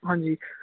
ਹਾਂਜੀ